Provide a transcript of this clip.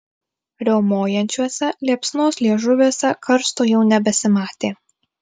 riaumojančiuose liepsnos liežuviuose karsto jau nebesimatė